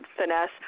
finesse